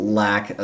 lack